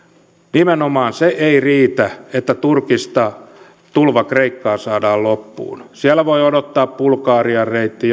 nimenomaan se ei riitä että turkista tulva kreikkaan saadaan loppumaan siellä voi odottaa bulgarian reitti